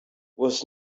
was